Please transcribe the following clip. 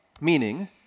meaning